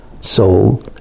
soul